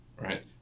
right